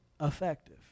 Effective